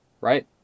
right